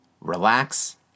relax